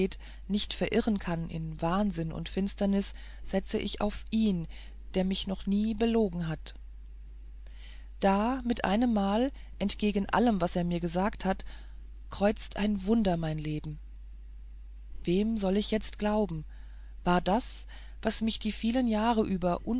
nicht verirren kann in wahnsinn und finsternis setze ich auf ihn der mich noch nie belogen hat da mit einem mal entgegen allem was er mir gesagt hat kreuzt ein wunder mein leben wem soll ich jetzt glauben war das was mich die vielen jahre über